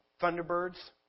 Thunderbirds